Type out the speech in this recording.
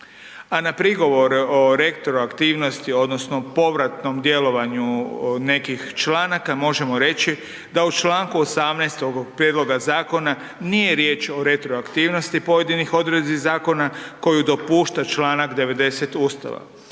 A na prigovor o rektoru aktivnosti odnosno povratnom djelovanju nekih članaka možemo reći da u čl. 18. ovog prijedloga zakona nije riječ o retroaktivnosti pojedinih odredbi zakona koju dopušta čl. 90. Ustava.